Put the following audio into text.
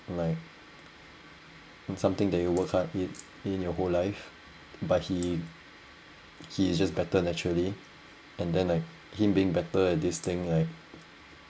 like something that you work hard at it your whole life but he he is just better naturally and then like him being better at this thing like